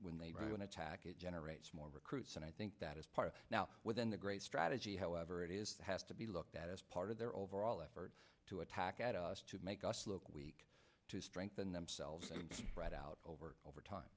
when they run attack it generates more recruits and i think that is part of now within the great strategy however it is has to be looked at as part of their overall effort to attack at us to make us look weak to strengthen themselves right out over over time